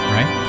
Right